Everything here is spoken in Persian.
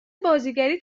بازیگریت